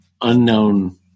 unknown